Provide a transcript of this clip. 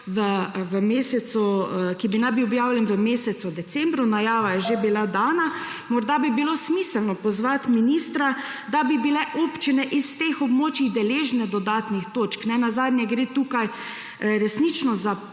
ki naj bi bil objavljen v mesecu decembru, najava je že bila dana. Morda bi bilo smiselno pozvati ministra, da bi bile občine s teh območij deležne dodatnih točk. Ne nazadnje gre tukaj resnično za